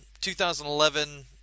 2011